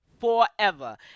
forever